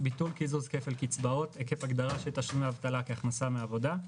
ביטול קיזוז כפל קצבאות עקב הגדרה של תשלומי אבטלה כהכנסה מעבודה,